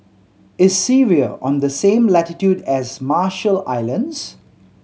is Syria on the same latitude as Marshall Islands